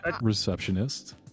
receptionist